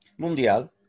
Mundial